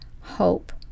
hope